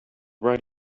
right